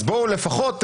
אז בואו לפחות תתקנו,